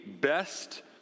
best